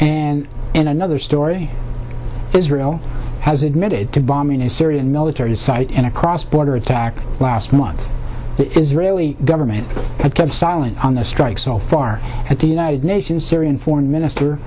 and in another story israel has admitted to bombing a syrian military site in a cross border attack last month the israeli government had kept silent on the strike so far at the united nations syrian foreign minister